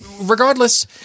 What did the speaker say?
regardless